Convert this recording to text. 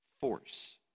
force